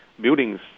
buildings